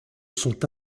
sont